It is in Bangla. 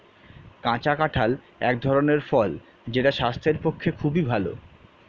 কাঁচা কাঁঠাল এক ধরনের ফল যেটা স্বাস্থ্যের পক্ষে খুবই ভালো